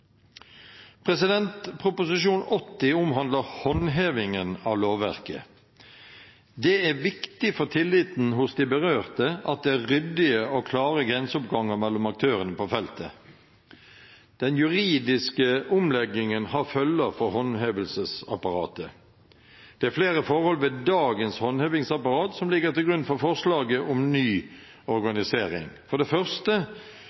80 L for 2016–2017 omhandler håndhevingen av lovverket. Det er viktig for tilliten hos de berørte at det er ryddige og klare grenseoppganger mellom aktørene på feltet. Den juridiske omleggingen har følger for håndhevingsapparatet. Det er flere forhold ved dagens håndhevingsapparat som ligger til grunn for forslaget om ny organisering. For det første